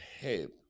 help